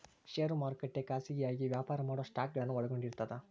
ಷೇರು ಮಾರುಕಟ್ಟೆ ಖಾಸಗಿಯಾಗಿ ವ್ಯಾಪಾರ ಮಾಡೊ ಸ್ಟಾಕ್ಗಳನ್ನ ಒಳಗೊಂಡಿರ್ತದ